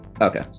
Okay